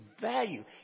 value